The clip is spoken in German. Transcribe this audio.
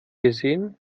gesehen